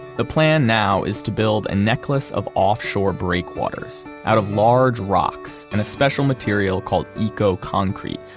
the plan now is to build a necklace of offshore breakwaters out of large rocks and a special material called eco-concrete,